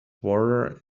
water